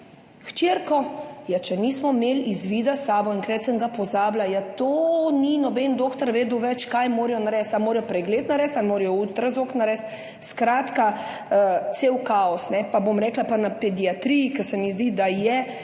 hčerko, ja, če nismo imeli izvida s sabo, enkrat sem ga pozabila, ja, to ni noben doktor vedel več, kaj morajo narediti, ali morajo pregled narediti ali morajo ultrazvok narediti, skratka, cel kaos, ne, pa bom rekla pa na pediatriji, ker se mi zdi, da je